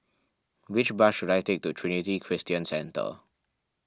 which bus should I take to Trinity Christian Centre